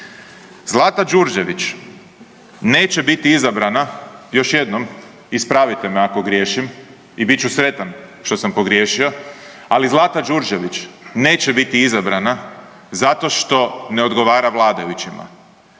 Zlata Đurđević neće biti izabrana, još jednom, ispravite me ako griješim i bit ću sretan što sam pogriješio, ali Zlata Đurđević neće biti izabrana zato što ne odgovara vladajućima,